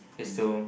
is to